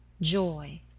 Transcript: Joy